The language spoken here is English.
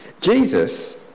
Jesus